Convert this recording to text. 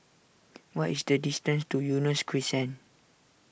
what is the distance to Eunos Crescent